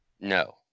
No